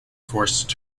forced